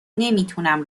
نمیتونم